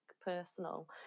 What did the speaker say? personal